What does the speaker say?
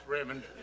Raymond